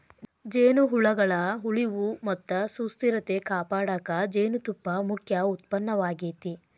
ಜೇನುಹುಳಗಳ ಉಳಿವು ಮತ್ತ ಸುಸ್ಥಿರತೆ ಕಾಪಾಡಕ ಜೇನುತುಪ್ಪ ಮುಖ್ಯ ಉತ್ಪನ್ನವಾಗೇತಿ